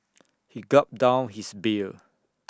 he gulped down his beer